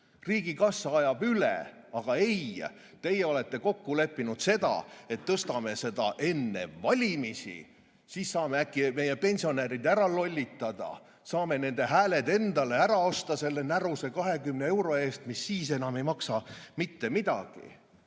Riigikassa ajab üle. Aga ei, teie olete kokku leppinud, et tõstame enne valimisi, siis saame äkki meie pensionärid ära lollitada, saame nende hääled endale osta selle näruse 20 euro eest, mis siis ei maksa enam midagi.